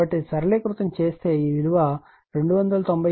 కాబట్టి సరళీకృతం చేస్తే ఈ విలువ 297